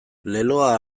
leloa